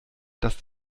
dass